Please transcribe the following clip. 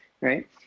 right